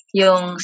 yung